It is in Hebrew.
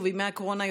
ובימי הקורונה,